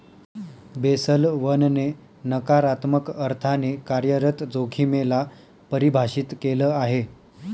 Basel one ने नकारात्मक अर्थाने कार्यरत जोखिमे ला परिभाषित केलं आहे